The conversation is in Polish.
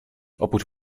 oprócz